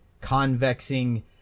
convexing